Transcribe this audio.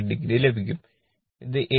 80 ലഭിക്കും ഇത് 8